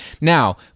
Now